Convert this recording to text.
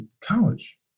college